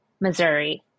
Missouri